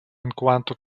enquanto